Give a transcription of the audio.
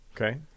Okay